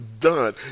done